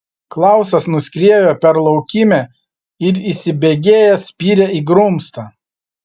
klausas nuskriejo per laukymę ir įsibėgėjęs spyrė į grumstą